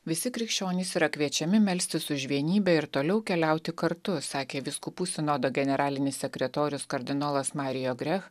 visi krikščionys yra kviečiami melstis už vienybę ir toliau keliauti kartu sakė vyskupų sinodo generalinis sekretorius kardinolas mario grech